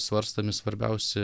svarstomi svarbiausi